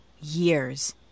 Years